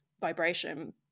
vibration